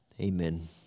Amen